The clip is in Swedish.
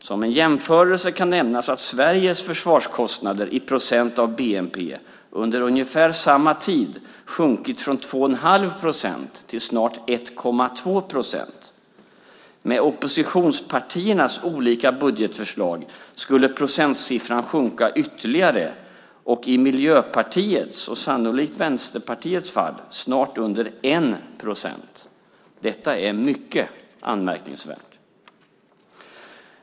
Som en jämförelse kan nämnas att Sveriges försvarskostnader i procent av bnp under ungefär samma tid sjunkit från 2,5 procent till snart 1,2 procent. Med oppositionspartiernas olika budgetförslag skulle procentsiffran sjunka ytterligare, och i Miljöpartiets och sannolikt också Vänsterpartiets fall är den snart under 1 procent. Detta är mycket anmärkningsvärt.